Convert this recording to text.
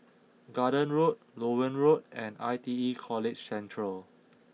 Garden Road Loewen Road and I T E College Central